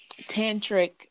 tantric